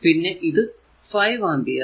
പിന്നെ ഇത് 5 ആമ്പിയർ